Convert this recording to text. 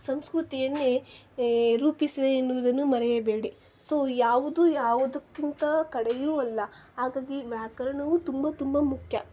ಸಂಸ್ಕೃತಿಯನ್ನೇ ರೂಪಿಸಿ ಎನ್ನುವುದನ್ನು ಮರೆಯಬೇಡಿ ಸೊ ಯಾವುದು ಯಾವುದಕ್ಕಿಂತ ಕಡೆಯೂ ಅಲ್ಲ ಹಾಗಾಗಿ ವ್ಯಾಕರಣವೂ ತುಂಬ ತುಂಬ ಮುಖ್ಯ